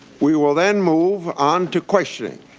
we will then move on to questioning.